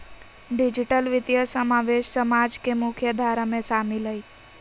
digital वित्तीय समावेश समाज के मुख्य धारा में शामिल हइ